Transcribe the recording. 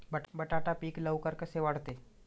बटाटा पीक लवकर कसे वाढते?